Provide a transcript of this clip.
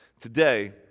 Today